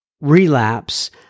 relapse